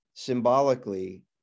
symbolically